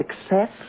success